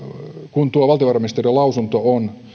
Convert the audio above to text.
kun tuo valtiovarainministeriön lausunto on